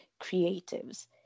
creatives